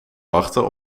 wachten